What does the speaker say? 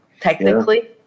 technically